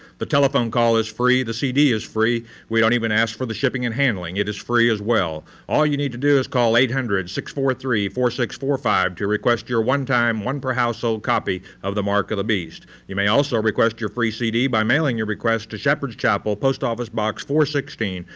the telephone call is free, the cd is free. we don't even ask for the shipping and handling. it is free as well. all you need to do is call eight hundred, six, four, three, four, six, four, five to request your one-time one per household copy of the mark of the beast. you may also request your free cd by mailing your request to shepherd's chapel post office box four hundred and sixteen,